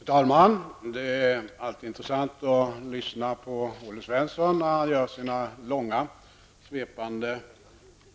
Fru talman! Det är alltid intressant att lyssna på Olle Svensson när han gör sina långa, svepande